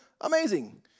amazing